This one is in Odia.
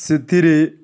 ସେଥିରେ